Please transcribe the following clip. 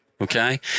Okay